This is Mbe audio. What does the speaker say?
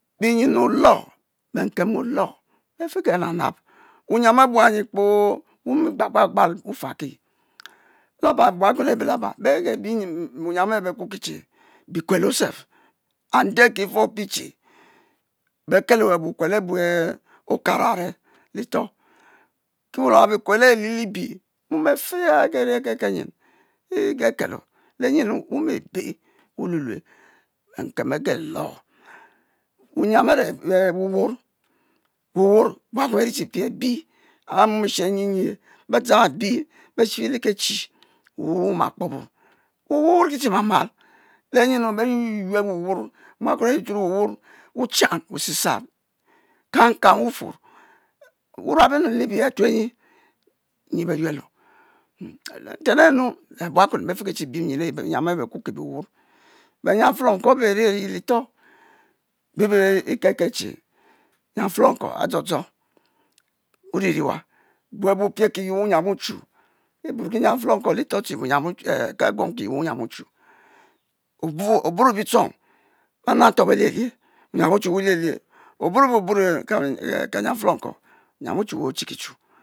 Binye olo benkem olo bi'fe genab nab wu nyiam a'bua nyi kpoo wumi gbagbal gbal wu- faki laba buakuen abe laba be'ge bi binyiam eh be ku ki che bikuel self, ende ki efopidhe be'kello wukuelo abu okara a're litor kiliwa wukuelo e lielibie, mom a'fe a'geri a'kekel nyen igekelo ke nyenu wumi be'h wululue benkem bege lor, wunyiam a're wuwoor wuwoor!! bua kuen beri che pie abi e'mom e'she anyiye, be dzang abi beshe le’ kechi wuwoor wu'ma kpobo, wowoor wu'riki chi mamal le nyenu? be yuyuel wuwoor mua kuen achuchu le wuwoor wuchan wusisan kankang wufuor wu'ruabo nnu le libie atuenyi nyi be yuelo ntenenu le bua-kuen be'fiki chi bien binyem e bekuoki che biwoor benyian enfelenkuo a'be berieriye litoh bèbè e kekel che nyiam felenkuo adzo dzo wuri'ri ewa, bue wu piel ki ye wunyiam wuchu, e burki nyiam felenkuo litoh che ehn ke raguom kiye wunyiam wuchu, o'bur o bitchong be’ nnanton belilie, wunyiam wuchu belielie oburi bu buro kenyia felenkuo kenyiam wuchu wuchi ki chu